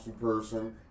person